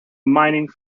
mining